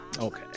okay